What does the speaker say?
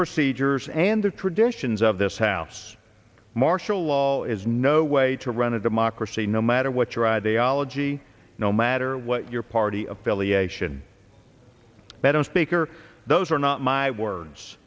procedures and the traditions of this house marshal law is no way to run a democracy no matter what your ideology no matter what your party affiliation better speaker those are not my words